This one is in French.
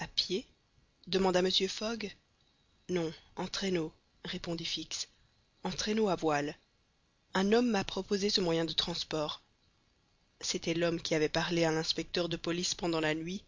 a pied demanda mr fogg non en traîneau répondit fix en traîneau à voiles un homme m'a proposé ce moyen de transport c'était l'homme qui avait parlé à l'inspecteur de police pendant la nuit